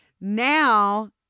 now